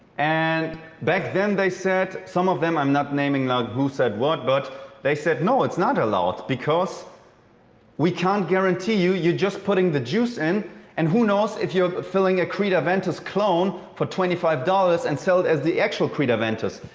and back then, they said some of them. i'm not naming now who said what. but they said, no, it's not allowed because we can't guarantee you. you're just putting the juice in and who knows if you're filling a creed aventus clone for twenty five dollars and sell it as the creed aventus.